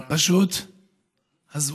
זה פשוט הזוי.